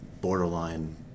borderline